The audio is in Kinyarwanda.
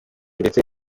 ndetse